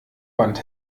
wand